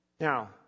Now